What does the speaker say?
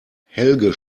helge